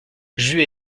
j’eus